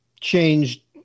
changed